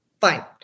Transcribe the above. Fine